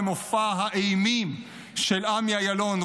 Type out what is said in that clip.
במופע האימים של עמי אילון,